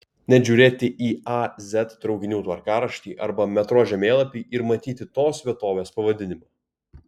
net žiūrėti į a z traukinių tvarkaraštį arba metro žemėlapį ir matyti tos vietovės pavadinimą